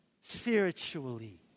spiritually